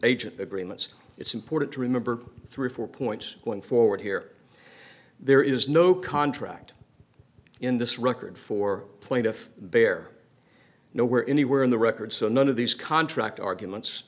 agent agreements it's important to remember three four points going forward here there is no contract in this record for plaintiff bare nowhere anywhere in the record so none of these contract arguments